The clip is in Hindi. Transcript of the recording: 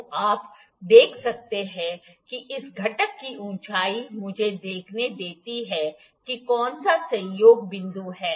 तो आप देख सकते हैं कि इस घटक की ऊंचाई मुझे देखने देती है कि कौन सा संयोग बिंदु है